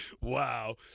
wow